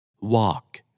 walk